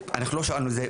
אנחנו לא שאלנו את זה,